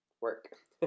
work